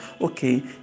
okay